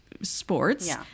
sports